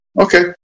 Okay